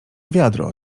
wiadro